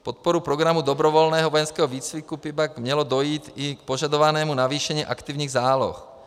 Podporou programu dobrovolného vojenského výcviku by pak mělo dojít i k požadovanému navýšení aktivních záloh.